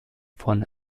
von